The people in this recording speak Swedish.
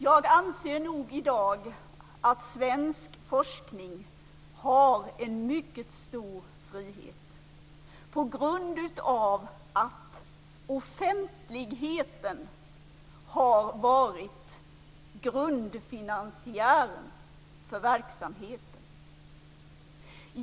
Jag anser nog att svensk forskning i dag har en mycket stor frihet, på grund av att offentligheten har varit grundfinansiären för verksamheten.